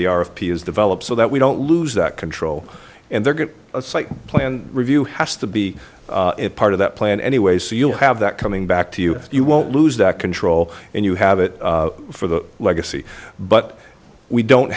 they are of p is developed so that we don't lose that control and their site plan review has to be part of that plan anyway so you'll have that coming back to you you won't lose that control and you have it for the legacy but we don't